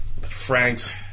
Frank's